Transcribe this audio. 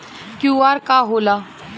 QR का होला?